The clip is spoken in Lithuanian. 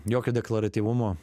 jokio deklaratyvumo